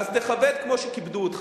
אז תכבד כמו שכיבדו אותך.